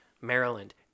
Maryland